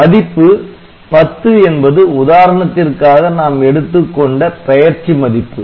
மதிப்பு 10 என்பது உதாரணத்திற்காக நாம் எடுத்துக்கொண்ட 'பெயர்ச்சி மதிப்பு'